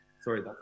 Sorry